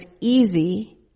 easy